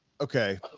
okay